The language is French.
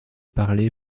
parlée